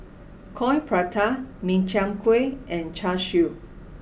Coin Prata Min Chiang Kueh and Char Siu